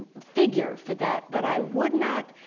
figure for that. but i would not,